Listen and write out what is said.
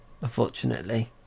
Unfortunately